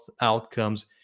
outcomes